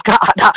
God